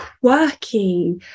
quirky